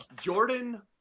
Jordan